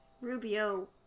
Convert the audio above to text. Rubio